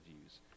views